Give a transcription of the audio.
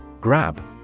Grab